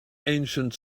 ancient